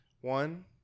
one